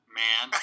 man